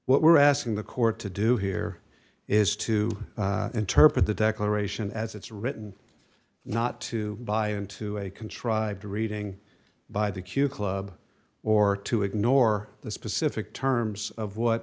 what we're asking the court to do here is to interpret the declaration as it's written not to buy into a contrived reading by the q club or to ignore the specific terms of what